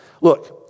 look